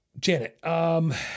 Janet